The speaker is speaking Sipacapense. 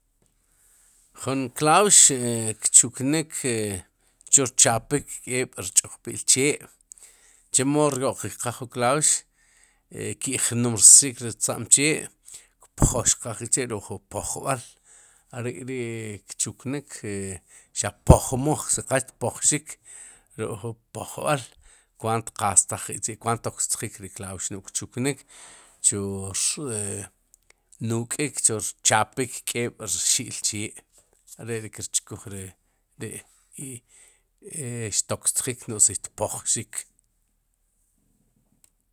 Jun klaux e kchuknik e chu rchapik k'eeb' rch'oqpi'l chee chemo ryo'qerqaj jun klaux ki'jnumrsik ri rtza'm chee pjoxqaj k'chi'ruk'jun kpoxqaj k'chi'ruk'ju pojb'al are'k'ri'kchuknik e xaq pojmoj si qa xtpojxik ruk'ju pojb'al kwaant qaztaj k'chi' kwaant tokstjik ri klaux no'j kchuknik chur e nuk'ik chu rchapik k'eeb' rxi'l chee are ri kirchkuj ri ri i e xtokstjik no'j si tpojxik.